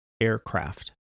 Aircraft